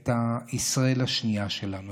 את ישראל השנייה שלנו.